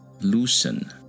loosen